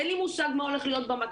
אין לי מושג מה הולך להיות במתכונות,